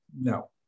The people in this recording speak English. No